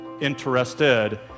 interested